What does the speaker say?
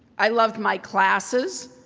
i loved my classes.